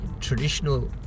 traditional